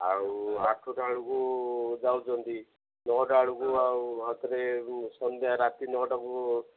ଆଉ ଆଠଟା ବେଳକୁ ଯାଉଛନ୍ତି ନଅଟା ବେଳକୁ ଆଉ ହାତରେ ସନ୍ଧ୍ୟା ରାତି ନଅଟାକୁ